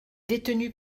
détenu